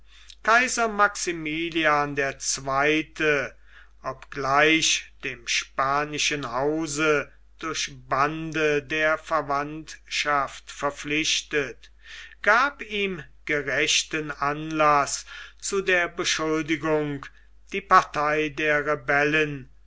kaiser maximilian der zweite obgleich dem spanischen hause durch bande der verwandtschaft verpflichtet gab ihm gerechten anlaß zu der beschuldigung die partei der rebellen